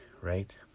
right